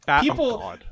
People